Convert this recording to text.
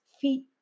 feet